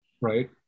right